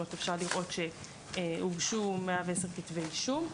אפשר לראות שהוגשו 110 כתבי אישום.